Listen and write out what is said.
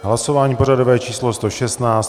Hlasování pořadové číslo 116.